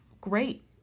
great